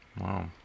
Wow